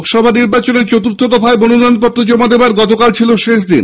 লোকসভা নির্বাচনের চতুর্থ দফায় মনোনয়নপত্র জমা দেওয়ার গতকাল ছিল শেষদিন